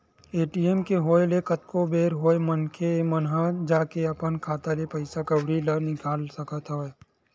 ATM के होय ले कतको बेर होय मनखे मन ह जाके अपन खाता ले पइसा कउड़ी ल निकाल सकत हवय